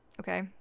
Okay